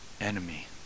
enemy